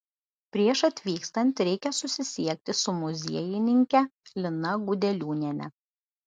prieš atvykstant reikia susisiekti su muziejininke lina gudeliūniene